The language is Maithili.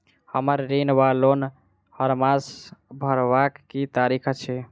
हम्मर ऋण वा लोन हरमास भरवाक की तारीख अछि?